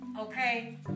Okay